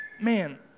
man